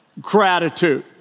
gratitude